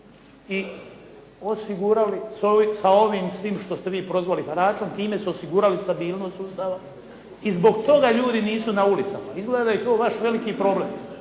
i osigurali sa ovim svim što ste vi prozvali haračem, time su osigurali stabilnost sustava i zbog toga ljudi nisu na ulici. Izgleda da je to vaš veliki problem,